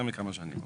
יותר מכמה שנים.